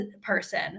person